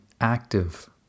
active